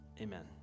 Amen